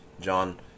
John